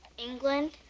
england?